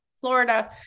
Florida